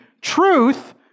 truth